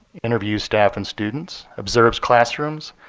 interviews staff and students, observes classrooms,